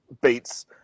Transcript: beats